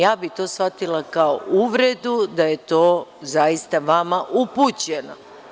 Ja bih to shvatila kao uvredu, da je to zaista vama upućeno.